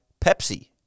Pepsi